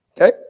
Okay